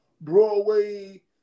broadway